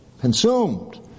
consumed